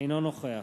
אינו נוכח